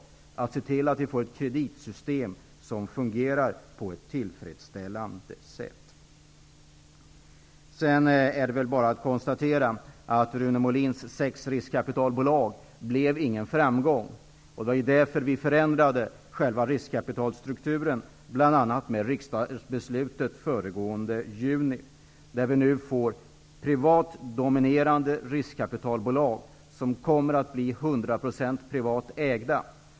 Vi måste se till att vi har ett kreditsystem som fungerar på ett tillfredsställande sätt. Det är bara att konstatera att Rune Molins sex riskkapitalbolag inte blev någon framgång. Det var därför vi förändrade själva riskkapitalstrukturen, bl.a. genom riksdagsbeslutet föregående juni. Vi får nu riskkapitalbolag som domineras av privat ägande. De kommer att bli till hundra procent privat ägda.